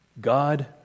God